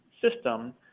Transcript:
system